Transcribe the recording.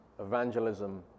evangelism